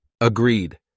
Agreed